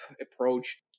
approach